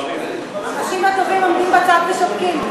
האנשים הטובים עומדים בצד ושותקים.